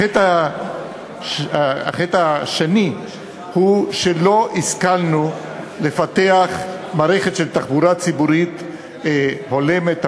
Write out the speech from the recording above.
החטא השני הוא שלא השכלנו לפתח מערכת של תחבורת המונים ציבורית הולמת,